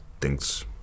thinks